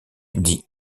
dit